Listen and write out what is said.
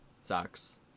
Sucks